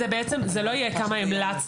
זה לא יהיה כמה המלצנו.